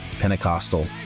Pentecostal